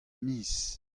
miz